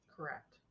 Correct